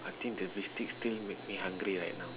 I think the biscuit still make me hungry right